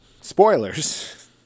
spoilers